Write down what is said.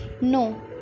No